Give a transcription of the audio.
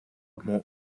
hmuh